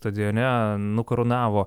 stadione nukarūnavo